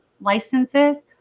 licenses